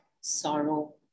sorrow